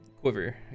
quiver